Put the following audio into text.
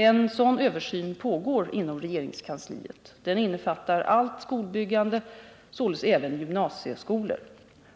En sådan översyn pågår inom regeringskansliet. Den innefattar allt skolbyggande, således även gymnasieskolor.